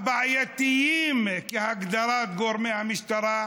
הבעייתיים, כהגדרת גורמי המשטרה,